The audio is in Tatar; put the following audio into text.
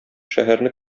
шәһәрне